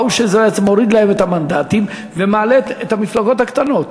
ראו שזה מוריד להם את המנדטים ומעלה את המפלגות הקטנות.